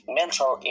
mental